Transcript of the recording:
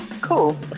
cool